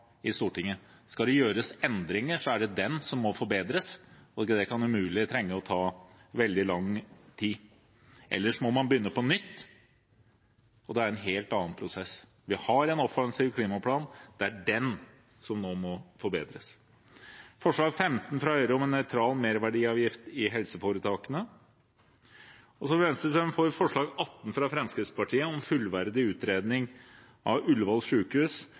i Stortinget. Skal det gjøres endringer, er det den som må forbedres, og det kan umulig trenge å ta veldig lang tid. Ellers må man begynne på nytt, og det er en helt annen prosess. Vi har en offensiv klimaplan, det er den som nå må forbedres. Videre vil vi stemme for forslag nr. 15, fra Høyre, om en nøytral merverdiavgift i helseforetakene. Venstre vil stemme for forslag nr. 18, fra Fremskrittspartiet, om en fullverdig utredning av